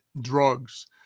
drugs